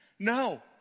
No